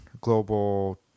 global